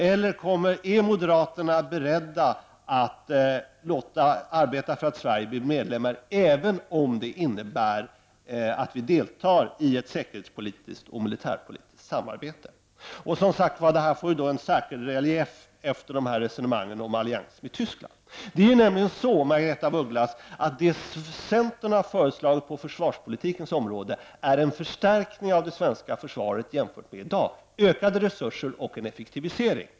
Eller: Är moderaterna beredda att arbeta för att Sverige skall bli medlem även om det innebär att Sverige deltar i ett militär och säkerhetspolitiskt samarbete? Detta får ju en särskild relief efter resonemangen om alliansen med Tyskland. Det som centern har föreslagit på försvarspolitikens område, Margaretha af Ugglas, är en förstärkning av det svenska försvaret jämfört med i dag, ökade resurser och en effektivisering.